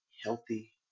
healthy